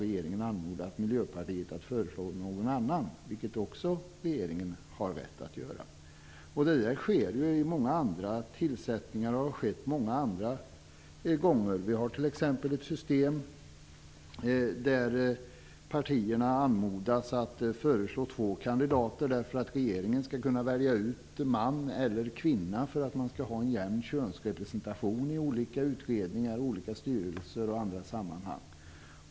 Regeringen har i stället anmodat Miljöpartiet att föreslå en annan kandidat, vilket regeringen också har rätt att göra. Detta sker ju vid många andra tillsättningar. Det har också skett vid flera andra tillfällen. Det finns t.ex. ett system som innebär att partierna anmodas att föreslå två kandidater för att regeringen skall kunna välja en man eller en kvinna, så att man skall få en jämn könsrepresentation i olika utredningar, styrelser och andra sammanhang.